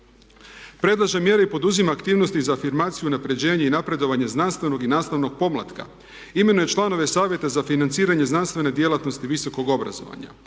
Predlaže mjere i poduzima aktivnosti za afirmaciju unapređenje i napredovanje znanstvenog i nastavnog podmlatka, imenuje članove Savjeta za financiranje znanstvene djelatnosti i visokog obrazovanja.